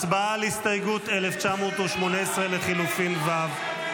הצבעה על הסתייגות 1,918 לחלופין ו'.